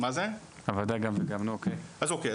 אז אוקי,